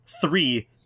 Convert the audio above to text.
Three